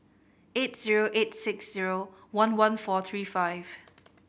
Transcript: eight zero eight six zero one one four three five